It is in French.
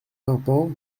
pimpant